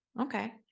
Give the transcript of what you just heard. okay